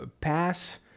pass